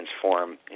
transform